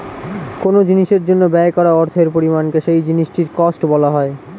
কোন জিনিসের জন্য ব্যয় করা অর্থের পরিমাণকে সেই জিনিসটির কস্ট বলা হয়